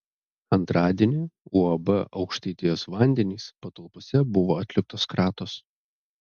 antradienį uab aukštaitijos vandenys patalpose buvo atliktos kratos